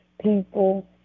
people